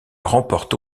remporte